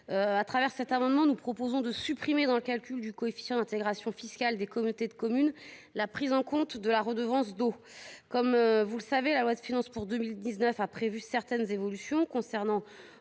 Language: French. Par cet amendement, nous proposons de supprimer dans le calcul du coefficient d’intégration fiscale (CIF) des communautés de communes la prise en compte de la redevance eau potable. Comme vous le savez, la loi de finances pour 2019 a prévu certaines évolutions concernant